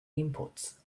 inputs